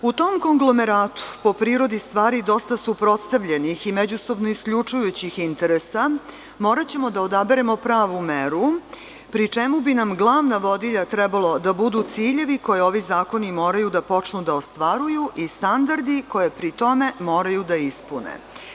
U tom konglomeratu, po prirodi stvari, dosta suprotstavljenih i međusobno isključujućih interesa, moraćemo da odaberemo pravu meru, pri čemu bi nam glavna vodilja trebalo da budu ciljevi koji ovi zakoni moraju da počnu da ostvaruju i standardi koje pri tome, moraju da ispune.